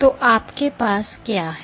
तो आपके पास क्या है